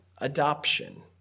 adoption